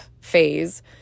phase